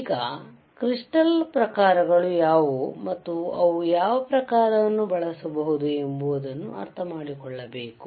ಈಗ ಕ್ರಿಸ್ಟಾಲ್ ಪ್ರಕಾರಗಳು ಯಾವುವು ಮತ್ತು ಯಾವ ಪ್ರಕಾರವನ್ನು ಬಳಸಬಹುದು ಎಂಬುದನ್ನು ಅರ್ಥಮಾಡಿಕೊಳ್ಳಬೇಕು